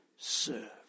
Serve